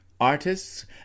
artists